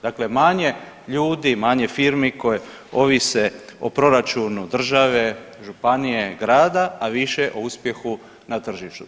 Dakle, manje ljudi, manje firmi koje ovise o proračunu države, županije, grada, a više o uspjehu na tržištu.